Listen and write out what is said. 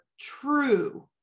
true